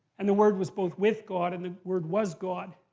and, the word was both with god. and, the word was god.